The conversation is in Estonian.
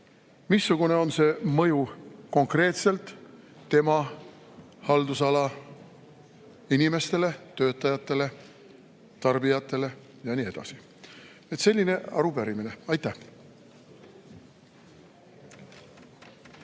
missugune on see mõju konkreetselt tema haldusala inimestele, töötajatele, tarbijatele ja nii edasi. Selline arupärimine. Aitäh!